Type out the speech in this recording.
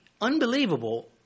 unbelievable